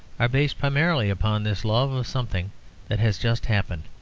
are based primarily upon this love of something that has just happened,